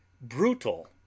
Brutal